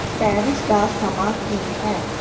Paris ਦਾ ਸਮਾਂ ਕੀ ਹੈ